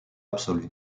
absolu